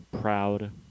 proud